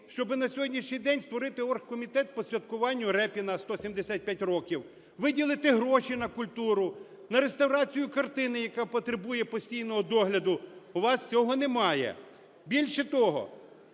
щоб на сьогоднішній день створити оргкомітет по святкуванню Рєпіна 175 років, виділити гроші на культуру, на реставрацію картини, яка потребує постійного догляду? У вас цього немає. Більше того,